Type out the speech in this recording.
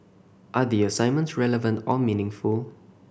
are the assignments relevant or meaningful